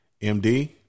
MD